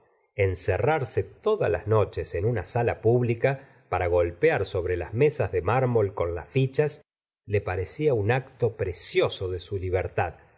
encerrarse todas las noches en una sala pública para golpear sobre las mesas de mármol con las fichas le parecía un acto precioso de su libertad